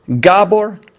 Gabor